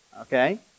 Okay